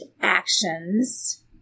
actions